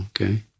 Okay